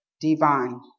divine